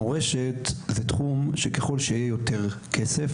מורשת זה תחום שככל שיהיה יותר כסף,